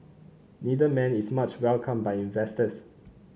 neither man is much welcomed by investors